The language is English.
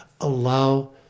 allow